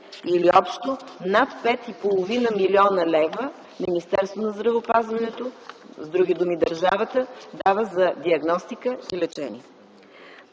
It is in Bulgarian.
или общо над 5,5 млн. лв. Министерството на здравеопазването, с други думи държавата дава за диагностика, лечение